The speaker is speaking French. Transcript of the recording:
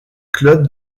club